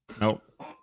Nope